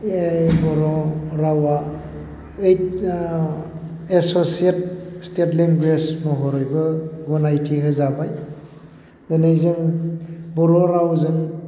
बर' रावा ओइद एस'सियेत स्टेट लेंगुवेज महरैबो गनायथि होजाबाय दिनै जों बर' रावजों